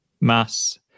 Mass